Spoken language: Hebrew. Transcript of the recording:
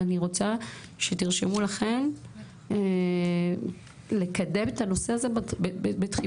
ואני רוצה שתרשמו לכם לקדם את הנושא הזה בדחיפות.